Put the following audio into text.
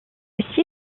aussi